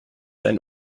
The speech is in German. ein